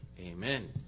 amen